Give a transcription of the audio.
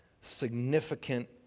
significant